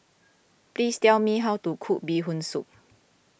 please tell me how to cook Bee Hoon Soup